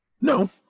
No